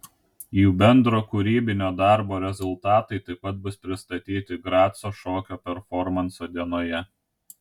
jų bendro kūrybinio darbo rezultatai taip pat bus pristatyti graco šokio performanso dienoje